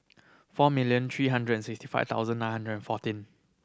four million three hundred and sixty five thousand nine hundred fourteen